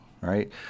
right